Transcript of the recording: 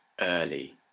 early